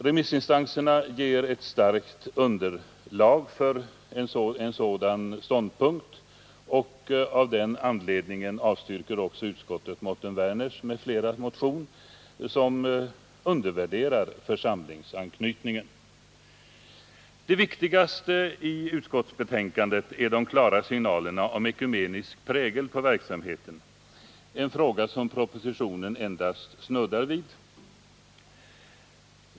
Remissinstanserna ger ett starkt underlag för en sådan ståndpunkt, och av den anledningen avstyrker också utskottet Mårten Werners m.fl. motion, som undervärderar församlingsanknytningen. Det viktigaste i utskottsbetänkandet är de klara signalerna om ekumenisk prägel på verksamheten, en fråga som propositionen endast snuddar vid.